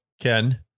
ken